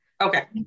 Okay